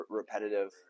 repetitive